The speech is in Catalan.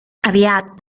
aviat